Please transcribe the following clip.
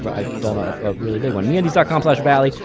but i done um a really big one. meundies com so valley,